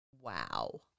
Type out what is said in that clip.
Wow